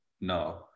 No